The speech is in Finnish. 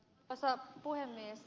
arvoisa puhemies